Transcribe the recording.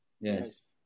Yes